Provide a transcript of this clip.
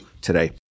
today